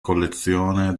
collezione